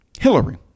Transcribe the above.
Hillary